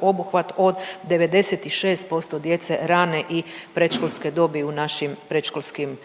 obuhvat od 96% djece rane i predškolske dobi u našim predškolskim